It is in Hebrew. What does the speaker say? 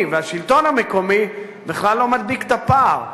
והשלטון המקומי בכלל לא מדביקים את הפער,